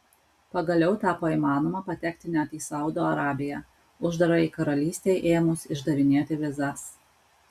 pagaliau tapo įmanoma patekti net į saudo arabiją uždarajai karalystei ėmus išdavinėti vizas